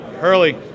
Hurley